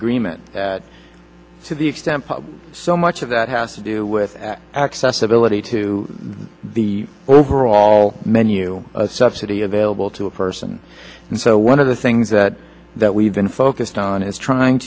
agreement to the extent so much of that has to do with accessibility to the overall menu subsidy available to a person and so one of the things that we've been focused on is trying